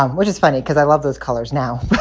um which is funny because i love those colors now.